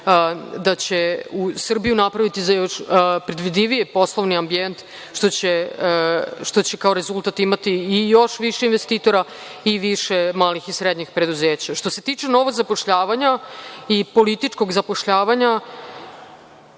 da će Srbiju napraviti za još predvidljiviji poslovni ambijent što će, kao rezultat imati i još više investitora i više malih i srednjih preduzeća. Što se tiče novog zapošljavanja i političkog zapošljavanja,